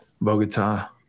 bogota